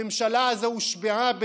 הממשלה הזו הושבעה בד'